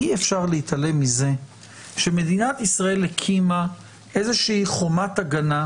אי-אפשר להתעלם מזה שמדינת ישראל הקימה חומת הגנה,